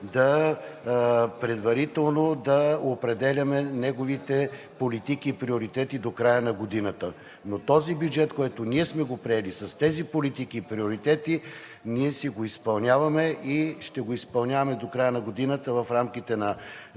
предварително да определяме неговите политики и приоритети до края на годината. Този бюджет, който ние сме приели, с тези политики и приоритети, си го изпълняваме и ще го изпълняваме до края на годината в рамките на